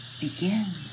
begin